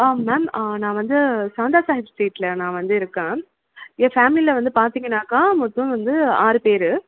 ஆ ma'am ம் நான் வந்து சாந்தா ஸ்ட்ரீட்டில் நான் வந்து இருக்கேன் என் ஃபேமிலியில் வந்து பார்த்திங்கனாக்கா மொத்தம் வந்து ஆறு பேர்